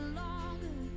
longer